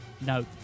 no